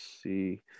see